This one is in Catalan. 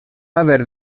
haver